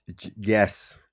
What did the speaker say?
Yes